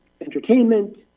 Entertainment